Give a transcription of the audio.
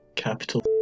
Capital